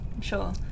Sure